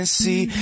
see